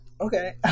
Okay